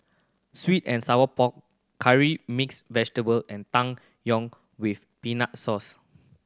sweet and sour pork Curry Mixed Vegetable and Tang Yuen with peanut source